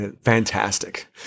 Fantastic